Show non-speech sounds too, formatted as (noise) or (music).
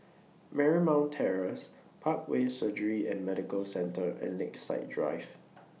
Marymount Terrace Parkway Surgery and Medical Centre and Lakeside Drive (noise)